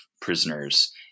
prisoners